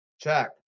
Check